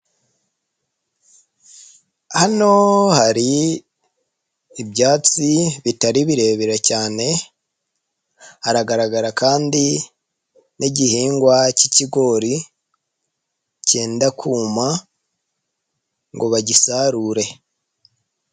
Hano hari ibyatsi bitari birebire cyane, hagaragara kandi n'igihingwa cyikigori cyendakuma ngo bagisarure.